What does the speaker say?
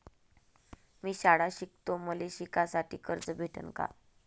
मी शाळा शिकतो, मले शिकासाठी कर्ज भेटन का?